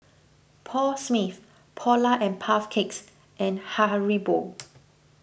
Paul Smith Polar and Puff Cakes and Haribo